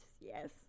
yes